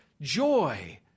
joy